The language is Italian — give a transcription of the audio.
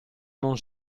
non